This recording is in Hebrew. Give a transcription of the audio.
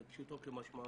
זה פשוטו כמשמעו,